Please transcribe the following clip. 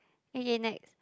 okay next